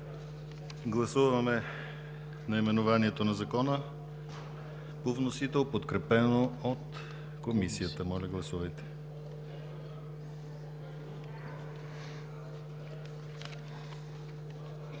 Гласуваме наименованието на Закона по вносител, подкрепено от Комисията. Гласували